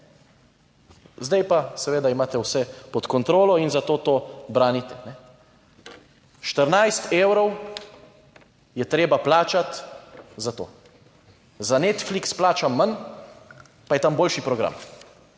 Zdaj pa seveda imate vse pod kontrolo in zato to branite, kajne. 14 evrov je treba plačati za to, za Netflix plačam manj, pa je tam boljši program